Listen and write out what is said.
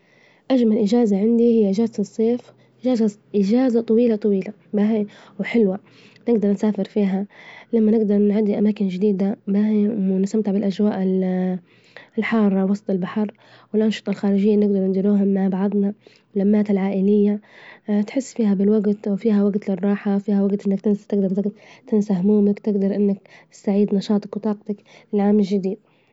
أجمل الإجازة عندي هي إجازة الصيف، إجازة طويلة طويلة باهي وحلوة، نجدر نسافر فيها لما نجدر نعدى أماكن جديدة باهي، وننسمتع بالأجواء ال الحارة وسط البحر، والأنشطة الخارجية نجدر نجيدوها مع بعظنا، واللمات العائلية تحس فيها بالوجت وفيها وجت للراحة فيها وجت تجدر تنسى همومك، تجدر إنك تستعيد نشاطك وطاقتك للعام الجديد.